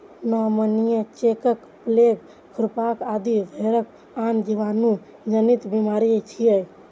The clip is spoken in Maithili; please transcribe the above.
निमोनिया, चेचक, प्लेग, खुरपका आदि भेड़क आन जीवाणु जनित बीमारी छियै